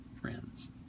friends